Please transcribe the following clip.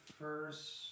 first